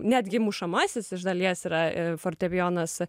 netgi mušamasis iš dalies yra fortepijonas